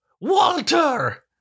Walter